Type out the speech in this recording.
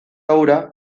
hura